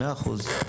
מאה אחוז.